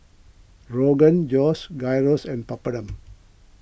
Rogan Josh Gyros and Papadum